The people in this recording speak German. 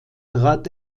trat